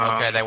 Okay